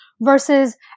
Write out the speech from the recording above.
versus